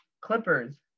Clippers